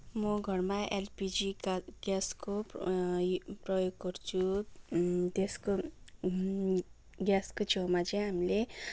म घरमा एलपिजीका ग्यासको प्रयोग गर्छु त्यसको ग्यासको छेउमा चाहिँ हामीले